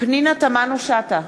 פנינה תמנו-שטה,